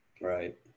Right